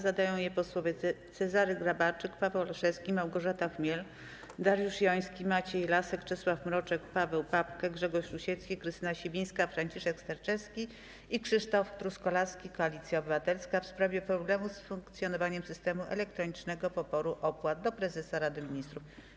Zadają je posłowie Cezary Grabarczyk, Paweł Olszewski, Małgorzata Chmiel, Dariusz Joński, Maciej Lasek, Czesław Mroczek, Paweł Papke, Grzegorz Rusiecki, Krystyna Sibińska, Franciszek Sterczewski i Krzysztof Truskolaski z Koalicji Obywatelskiej, w sprawie problemów z funkcjonowaniem systemu elektronicznego poboru opłat - do prezesa Rady Ministrów.